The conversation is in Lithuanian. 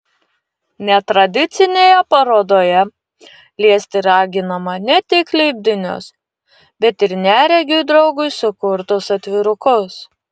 netradicinėje parodoje liesti raginama ne tik lipdinius bet ir neregiui draugui sukurtus atvirukus